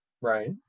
right